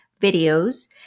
videos